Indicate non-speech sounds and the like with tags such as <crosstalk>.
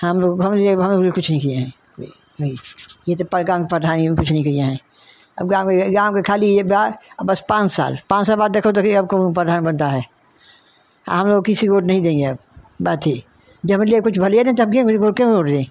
हम लोग <unintelligible> कुछ नहीं किए हैं नहीं ये जो गाँव के प्रधान है कुछ नहीं किए हैं अब गाँव में गाँव की खाली बस पाँच साल पाँच साल बाद देखो देखी अब कौन प्रधान बनता है आ हम लोग किसी वोट नहीं देंगे अब बाथी जबले कुछ बली नहीं तब <unintelligible> क्यों वोट दे